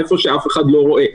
היכן שאף אחד לא רואה.